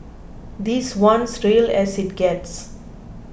this one's real as it gets